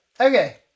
Okay